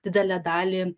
didelę dalį